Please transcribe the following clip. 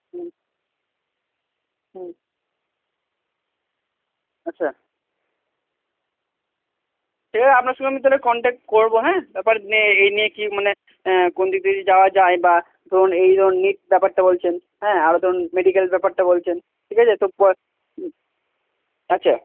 হুম হুম আচ্ছা ঠিক আছে আপনার সঙ্গে আমি তাহলে কন্টাক্ট করবো হ্যাঁ ব্যাপার নিয়ে এই নিয়ে কি মানে কোন দিক দিয়ে যাওয়া যায় বা ধরুন এই ধরুন নীট ব্যাপারটা বলছেন হ্যাঁ আরও ধরুন মেডিকেল ব্যাপারটা বলছেন ঠিক আছে তো আচ্ছা